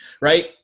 right